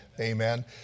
Amen